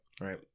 Right